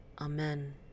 Amen